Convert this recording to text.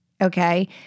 Okay